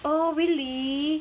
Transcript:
oh really